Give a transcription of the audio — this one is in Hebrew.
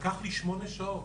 לקח לי שמונה שעות.